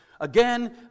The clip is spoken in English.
Again